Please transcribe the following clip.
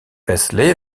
wesley